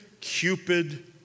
Cupid